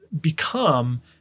become